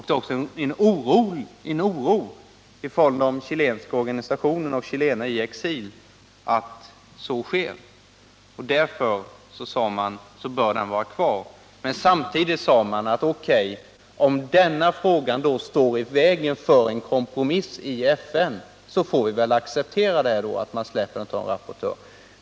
Det finns också en oro hos de chilenska organisationerna och chilenare i exil att så sker. Därför, sade man, bör kommissionen vara kvar. Men samtidigt sade man: O.K., om denna fråga skall stå i vägen för en kompromiss i FN får vi väl acceptera att man bara har en rapportör.